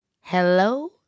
Hello